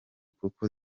kuko